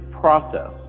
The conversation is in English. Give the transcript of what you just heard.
process